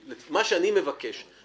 הוא שאני מבקש ששר הביטחון